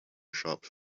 shops